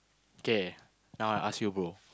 okay now I ask you brother